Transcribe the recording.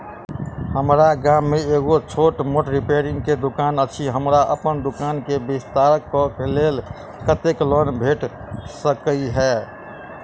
हम्मर गाम मे एगो छोट मोट रिपेयरिंग केँ दुकान अछि, हमरा अप्पन दुकान केँ विस्तार कऽ लेल कत्तेक लोन भेट सकइय?